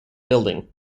building